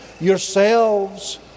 yourselves